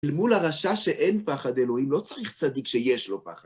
למול הרשע שאין פחד אלוהים, לא צריך צדיק שיש לו פחד.